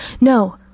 No